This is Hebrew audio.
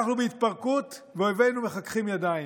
אנחנו בהתפרקות ואויבינו מחככים ידיים.